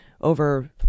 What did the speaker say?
over